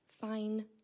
Fine